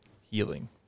healing